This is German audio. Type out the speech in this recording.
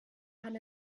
kann